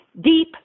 deep